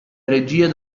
regia